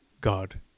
God